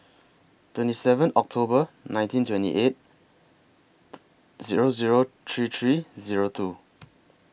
twenty seven October one thousand nine hundred and twenty eight Zero Zero three three Zero two